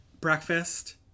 breakfast